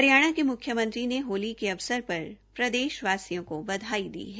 हरियाणा के मुख्यमंत्री ने होली की पूर्व संध्या पर प्रदेष वासियों को बधाई दी है